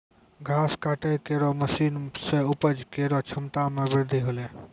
घास काटै केरो मसीन सें उपज केरो क्षमता में बृद्धि हौलै